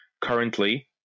Currently